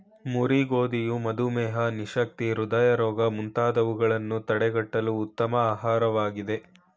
ಮುರಿ ಗೋಧಿಯು ಮಧುಮೇಹ, ನಿಶಕ್ತಿ, ಹೃದಯ ರೋಗ ಮುಂತಾದವುಗಳನ್ನು ತಡಗಟ್ಟಲು ಉತ್ತಮ ಆಹಾರವಾಗಿದೆ